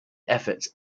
effort